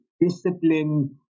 discipline